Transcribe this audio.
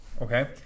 okay